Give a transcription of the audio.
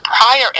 prior